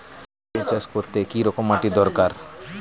পেঁপে চাষ করতে কি রকম মাটির দরকার?